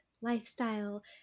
lifestyle